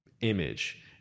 image